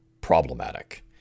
problematic